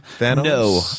No